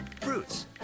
fruits